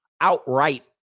outright